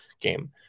game